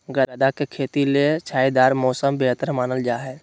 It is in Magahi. गदा के खेती ले छायादार मौसम बेहतर मानल जा हय